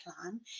plan